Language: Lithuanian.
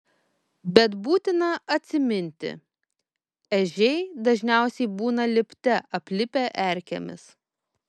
bet būtina atsiminti ežiai dažniausiai būna lipte aplipę erkėmis